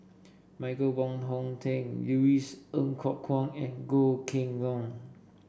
Michael Wong Hong Teng Louis Ng Kok Kwang and Goh Kheng Long